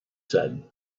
said